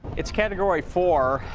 it's category four,